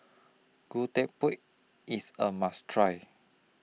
Gudeg Putih IS A must Try